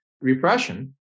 repression